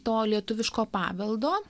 to lietuviško paveldo